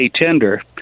tender